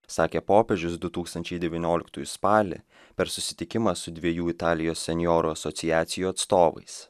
sakė popiežius du tūkstančiai devynioliktųjų spalį per susitikimą su dviejų italijos senjorų asociacijų atstovais